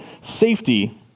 safety